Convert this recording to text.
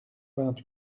vingt